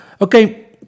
Okay